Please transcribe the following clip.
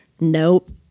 Nope